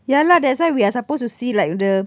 ya lah that's why we are supposed to see like the